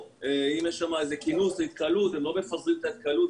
אם יש שם איזשהו כינוס או התקהלות הם לא מפזרים את ההתקהלות,